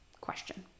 Question